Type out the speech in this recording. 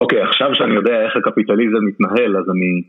אוקיי, עכשיו שאני יודע איך הקפיטליזם מתנהל, אז אני...